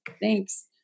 Thanks